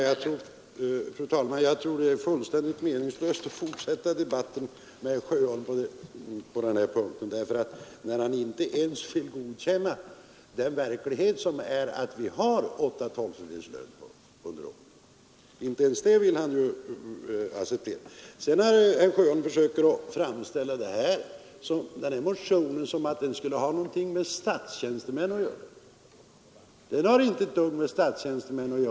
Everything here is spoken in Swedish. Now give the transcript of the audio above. Fru talman! Jag anser det vara helt meningslöst att fortsätta debatten med herr Sjöholm, när han inte ens vill godkänna den verklighet som föreligger att vi uppbär åtta tolftedelar av årslönen. Inte ens det vill ju herr Sjöholm acceptera. Sedan försöker herr Sjöholm framställa vår motion som om den skulle ha något med statstjänstemännen att göra, men det har den inte alls.